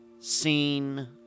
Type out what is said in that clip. seen